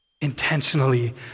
intentionally